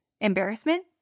embarrassment